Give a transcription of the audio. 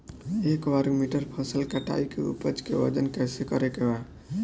एक वर्ग मीटर फसल कटाई के उपज के वजन कैसे करे के बा?